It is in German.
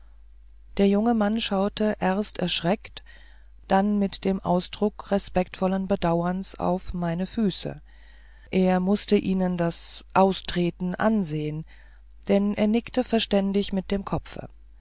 der junge mann schaute erst erschreckt dann mit dem ausdruck respektvollen bedauerns auf meine füße er mußte ihnen das austreten ansehen denn er nickte verständig mit dem kopfe